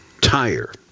tire